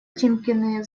тимкины